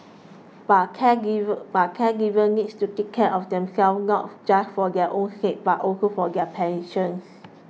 but caregivers but caregivers needs to take care of themselves not just for their own sake but also for their patients